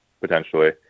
potentially –